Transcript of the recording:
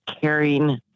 caring